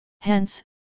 Hence